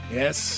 yes